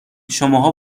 شماها